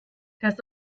das